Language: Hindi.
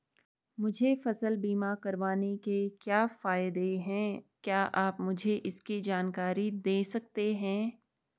मुझे फसल बीमा करवाने के क्या फायदे हैं क्या आप मुझे इसकी जानकारी दें सकते हैं?